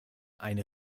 eine